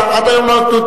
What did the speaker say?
אמרת שעד היום לא נתנו.